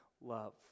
love